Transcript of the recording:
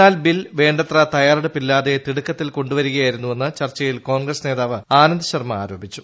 എന്നാൽ ബിൽ വേണ്ടത്ര തയാറെടുപ്പില്ലാതെ തിടുക്കത്തിൽ കൊണ്ടുവരികയായിരുന്നുവെന്ന് ചർച്ചയിൽ കോൺഗ്രസ് നേതാവ് ആനന്ദ് ശർമ ആരോപിച്ചു